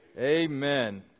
Amen